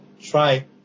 try